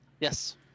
Yes